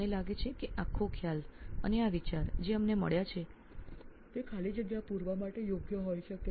અમને લાગે છે કે આ સમગ્ર કલ્પના અને જે વિચાર અમને મળ્યો છે તે આ ખાલી જગ્યા પુરવા માટે યોગ્ય હોઈ શકે